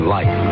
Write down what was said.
Life